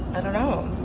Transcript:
i don't know.